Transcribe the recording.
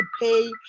pay